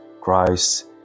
Christ